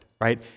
right